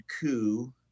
coup